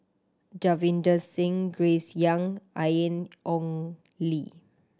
Davinder Singh Grace Young and Ian Ong Li